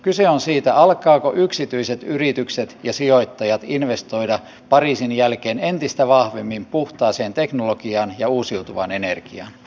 kyse on siitä alkavatko yksityiset yritykset ja sijoittajat investoida pariisin jälkeen entistä vahvemmin puhtaaseen teknologiaan ja uusiutuvaan energiaan